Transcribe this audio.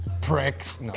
Pricks